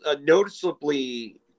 noticeably